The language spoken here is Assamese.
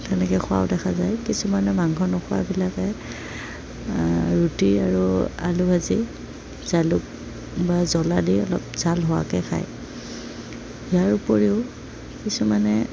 তেনেকৈ খোৱাও দেখা যায় কিছুমানে মাংস নোখোৱাবিলাকে ৰুটি আৰু আলু ভাজি জালুক বা জ্বলা দি অলপ জাল হোৱাকৈ খায় ইয়াৰ উপৰিও কিছুমানে